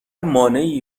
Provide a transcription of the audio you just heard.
مانعی